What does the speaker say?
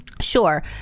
Sure